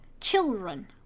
children